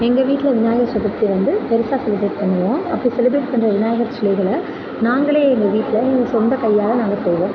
எங்கள் வீட்டில் விநாயகர் சதுர்த்தியை வந்து பெருசாக செலிப்ரேட் பண்ணுவோம் அப்போ செலிப்ரேட் பண்ணுற விநாயகர் சிலைகளை நாங்களே எங்கள் வீட்டில் எங்கள் சொந்த கையால் நாங்கள் செய்வோம்